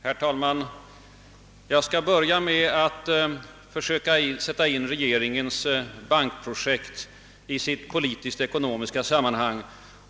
Herr talman! Jag skall börja med att försöka sätta in regeringens bankprojekt i dess politisk-ekonomiska sammanhang.